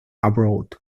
abroad